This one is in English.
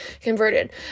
converted